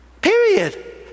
Period